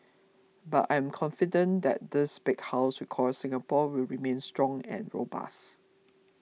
but I am confident that this big house we call Singapore will remain strong and robust